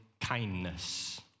kindness